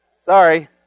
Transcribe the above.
Sorry